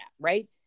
right